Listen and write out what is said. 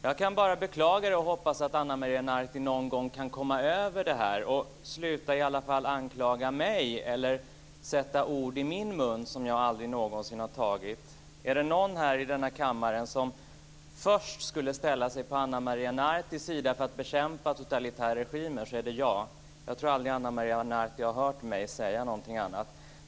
Jag kan bara beklaga det och hoppas att Ana Maria Narti någon gång kan komma över detta eller i alla fall sluta anklaga mig eller lägga ord i min mun som jag aldrig någonsin har yttrat. Är det någon i denna kammare som skulle ställa sig på Ana Maria Nartis sida för att bekämpa totalitära regimer är det jag. Jag tror aldrig att Ana Maria Narti har hört mig säga någonting annat.